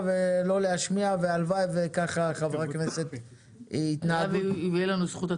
בגלל שלמחציתם אין שם לרחוב,